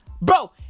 Bro